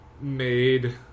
made